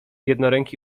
jednoręki